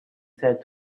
said